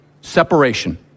Separation